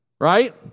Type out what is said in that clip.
right